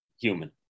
human